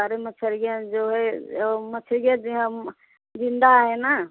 सारी मछलियाँ जो है ओ मछलियाँ जो है हम ज़िन्दा हैं ना